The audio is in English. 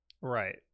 Right